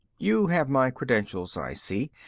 you have my credentials, i see.